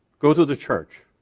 go to the church,